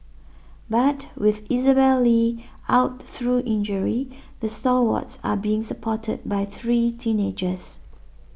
but with Isabelle Li out through injury the stalwarts are being supported by three teenagers